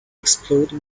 explode